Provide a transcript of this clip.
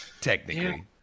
Technically